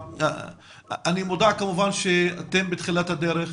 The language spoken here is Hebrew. אני כמובן מודע לכך שאתם בתחילת הדרך,